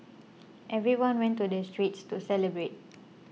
everyone went to the streets to celebrate